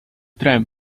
tram